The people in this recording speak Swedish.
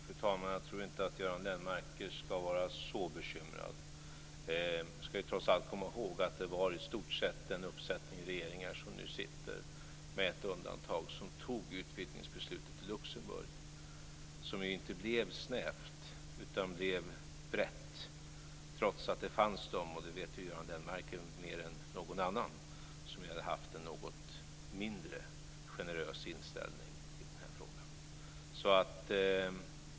Fru talman! Jag tror inte att Göran Lennmarker skall vara så bekymrad. Vi skall trots allt komma ihåg att det i stort sett var den uppsättning regeringar som nu sitter, med ett undantag, som fattade utvidgningsbeslutet i Luxemburg. Det blev ju inte snävt utan brett trots att det fanns de - det vet Göran Lennmarker mer än någon annan - som hade haft en mindre generös inställning i denna fråga.